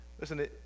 listen